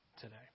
today